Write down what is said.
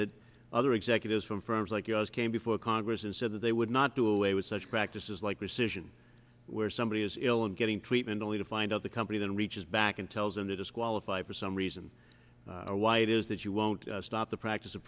that other executives from firms like yours came before congress and said that they would not do away with such practices like rescission where somebody is ill and getting treatment only to find out the company then reaches back and tells them to disqualify for some reason why it is that you won't stop the practice of